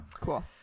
Cool